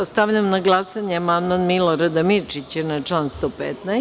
Stavljam na glasanje amandman Milorada Mirčića na član 115.